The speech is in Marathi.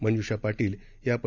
मंजूषा पाधील या पं